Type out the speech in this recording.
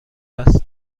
است